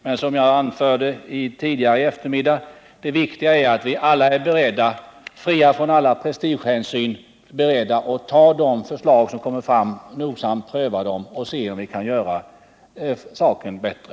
Men som jag anförde tidigare i eftermiddag: Det viktiga är att vi alla, fria från alla prestigehänsyn, är beredda att nogsamt pröva de förslag som kommer fram och se om vi kan göra saker och ting bättre.